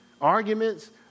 Arguments